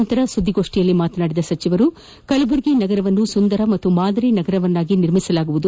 ಬಳಿಕ ಸುದ್ದಿಗೋಷ್ಠಿಯಲ್ಲಿ ಮಾತನಾಡಿದ ಸಚಿವರು ಕಲಬುರಗಿ ನಗರವನ್ನು ಸುಂದರ ಮತ್ತು ಮಾದರಿ ನಗರವನ್ನಾಗಿ ನಿರ್ಮಿಸಲಾಗುವುದು